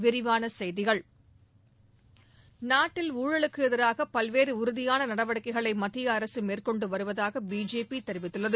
விரிவான செய்திகள் நாட்டில் ஊழலுக்கு எதிராக பல்வேறு உறுதியான நடவடிக்கைகளை மத்திய அரசு மேற்கொண்டு வருவதாக பிஜேபி தெரிவித்துள்ளது